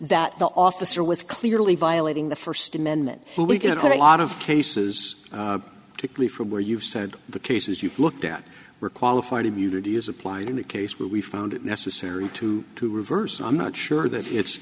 that the officer was clearly violating the first amendment we get a lot of cases particularly from where you've said the cases you've looked at were qualified immunity is applied in a case where we found it necessary to to reverse and i'm not sure that it